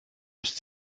bis